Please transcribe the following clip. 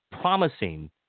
promising